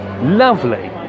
Lovely